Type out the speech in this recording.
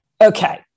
Okay